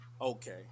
Okay